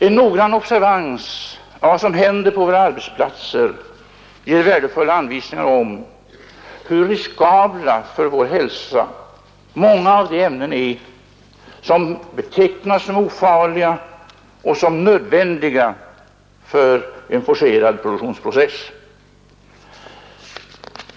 En noggrann observans av vad som händer på våra arbetsplatser ger värdefulla anvisningar om hur riskabla för vår hälsa många av de ämnen är, som betecknas som ofarliga och som nödvändiga för en forcerad produktionsprocess.